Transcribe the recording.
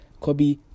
Kobe